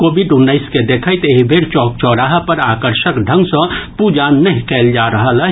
Covid उन्नैसक के देखैत एहि बेर चौक चौराहा पर आकर्षक ढंग सँ पूजा नहि कयल जा रहल अछि